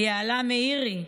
יעלה מאירי,